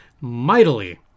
mightily